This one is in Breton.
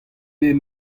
bet